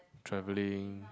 traveling